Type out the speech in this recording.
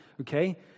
okay